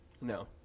No